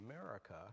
America